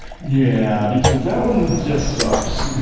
yeah, because that one just sucks